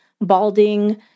balding